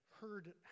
heard